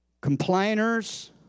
complainers